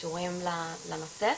שקשורים לנושא.